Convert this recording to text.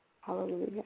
Hallelujah